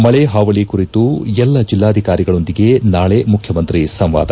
ಮಳೆ ಹಾವಳಿ ಕುರಿತು ಎಲ್ಲ ಜಿಲ್ಲಾಧಿಕಾರಿಗಳೊಂದಿಗೆ ನಾಳೆ ಮುಖ್ಯಮಂತ್ರಿ ಸಂವಾದ